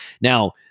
Now